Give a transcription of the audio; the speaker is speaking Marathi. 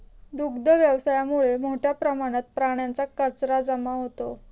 दुग्ध व्यवसायामुळे मोठ्या प्रमाणात प्राण्यांचा कचरा जमा होतो